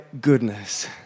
goodness